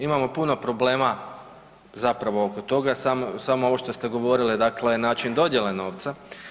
Imamo puno problema zapravo oko toga, samo, samo ovo što ste govorili, dakle način dodijele novca.